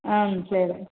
ஆ சரிங்க